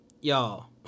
Y'all